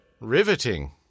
Riveting